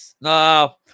no